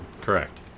Correct